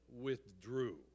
withdrew